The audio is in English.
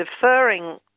deferring